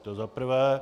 To za prvé.